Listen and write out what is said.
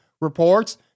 reports